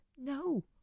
No